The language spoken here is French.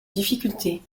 difficulté